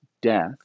death